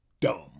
dumb